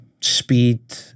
speed